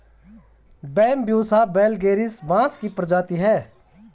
Bambusa vulgaris बाँस की प्रजाति है